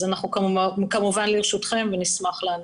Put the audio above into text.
אנחנו כמובן לרשותכם ונשמח לענות.